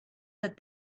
that